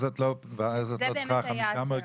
זה באמת היעד שלנו.